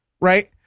Right